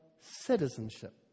citizenship